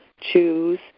choose